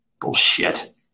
Bullshit